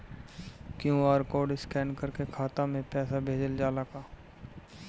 QR code scan करके खाता में पैसा भेजल जाला का?